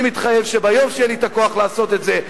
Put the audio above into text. אני מתחייב שביום שיהיה לי הכוח לעשות את זה,